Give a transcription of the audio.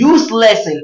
Useless